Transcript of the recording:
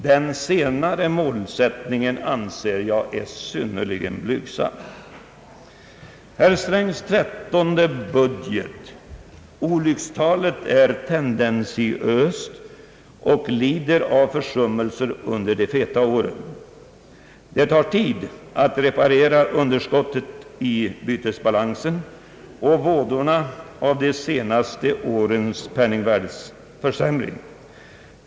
Den senare målsättningen anser jag vara synnerligen blygsam. Herr Strängs trettonde budget — olyckstalet är tendentiöst — lider av försummelser under de feta åren. Det tar tid att reparera underskottet i bytesbalansen och vådorna av de senaste årens penningvärdeförsämring.